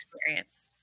experience